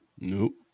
Nope